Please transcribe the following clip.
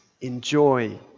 Enjoy